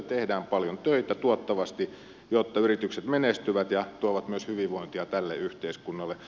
tehdään paljon töitä tuottavasti jotta yritykset menestyvät ja tuovat myös hyvinvointia tälle yhteiskunnalle